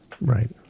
Right